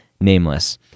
nameless